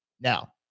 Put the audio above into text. Now